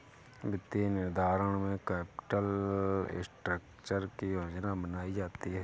वित्तीय निर्धारण में कैपिटल स्ट्रक्चर की योजना बनायीं जाती है